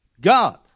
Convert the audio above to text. God